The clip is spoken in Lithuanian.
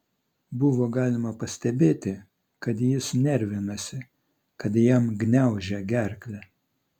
buvo galima pastebėti kad jis nervinasi kad jam gniaužia gerklę